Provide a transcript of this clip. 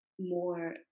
more